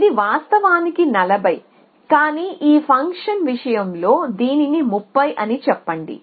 ఇది వాస్తవానికి 40 కానీ ఈ ఫంక్షన్ విషయం లో దీనిని 30 అని చెప్పండి